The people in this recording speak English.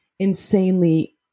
insanely